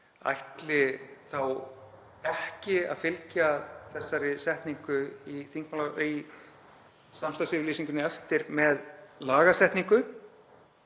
ætli þá ekki að fylgja þessari setningu í samstarfsyfirlýsingunni eftir með lagasetningu.